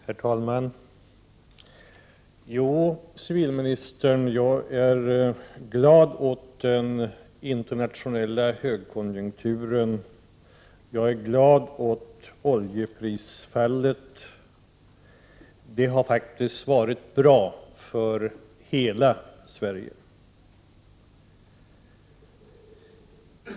Herr talman! Jo, civilministern, jag är glad åt den internationella högkonjunkturen, jag är glad åt oljeprisfallet. Det har faktiskt varit bra för hela Sverige.